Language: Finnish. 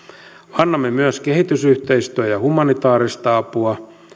annamme myös kehitysyhteistyö ja humanitaarista apua